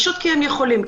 כי הם יכולים,